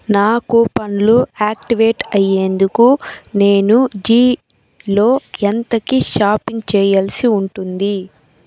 నా కూపన్లు యాక్టివేట్ అయ్యేందుకు నేను జీలో ఎంతకి షాపింగ్ చేయల్సి ఉంటుంది